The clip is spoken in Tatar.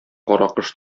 каракош